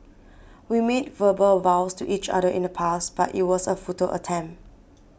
we made verbal vows to each other in the past but it was a futile attempt